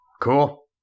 cool